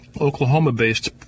Oklahoma-based